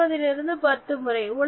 20 லிருந்து 10 முறை